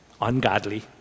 ungodly